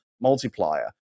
multiplier